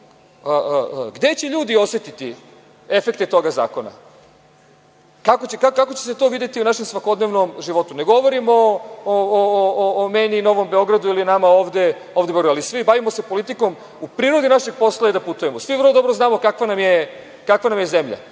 gde će ljudi osetiti efekte tog zakona? Kako će se to videti u našem svakodnevnom životu? Ne govorimo o meni, Novom Beogradu ili nama ovde, ali svi se bavimo politikom i u prirodi našeg posla je da putujemo. Svi vrlo dobro znamo kakva nam je zemlja,